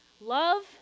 Love